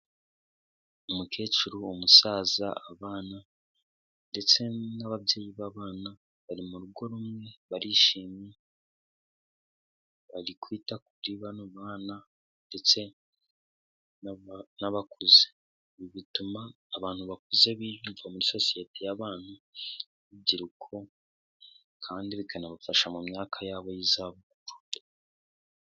Umukecuru, umusaza, abana, ndetse n'ababyeyi b'abana, bari mu rugo rumwe barishimye, bari kwita kuri bano bana ndetse n'abakuze. Ibi bituma abantu bakuze biyumva muri sosiyete y'abantu b'urubyiruko, kandi bikanabafasha mu myaka yabo y'iza bukuru.